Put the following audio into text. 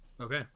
Okay